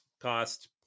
Cost